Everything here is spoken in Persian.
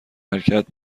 حرکت